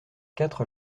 quatre